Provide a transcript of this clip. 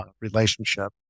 relationship